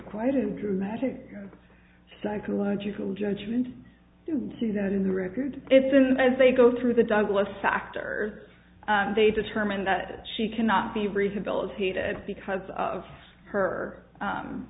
quite a dramatic psychological judgement due to that in the record it isn't as they go through the douglas factor they determine that she cannot be rehabilitated because of her